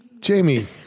Jamie